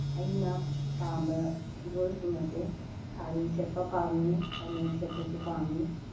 ꯑꯩꯅ ꯄꯥꯝꯕ ꯐꯤꯖꯣꯜꯁꯤꯡ ꯑꯁꯦ ꯁꯥꯔꯤ ꯁꯦꯠꯄ ꯄꯥꯝꯃꯤ ꯐꯅꯦꯛ ꯁꯦꯠꯄꯁꯨ ꯄꯥꯝꯃꯤ